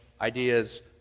ideas